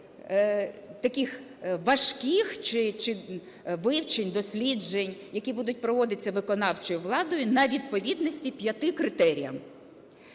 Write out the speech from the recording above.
таких важких вивчень, досліджень, які будуть проводитися виконавчою владою на відповідності п'яти критеріям.